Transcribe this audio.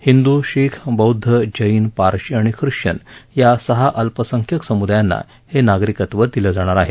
हिंदू शीख बौद्ध जैन पारशी आणि ख्रिश्वन या सहा अल्पसंख्यक समुदायांना हे नागरिकत्व दिलं जाणार आहे